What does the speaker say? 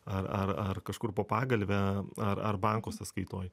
ar ar ar kažkur po pagalve ar ar banko sąskaitoj